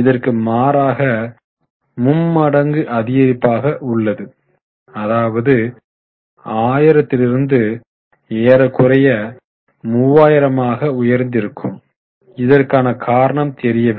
இதற்கு மாறாக மும்மடங்கு அதிகரிப்பாக உள்ளது அதாவது 1000 லிருந்து ஏறக்குறைய 3000 ஆக உயர்ந்திருக்கும் இதற்கான காரணம் தெரியவில்லை